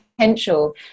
potential